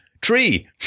tree